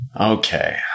Okay